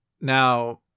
Now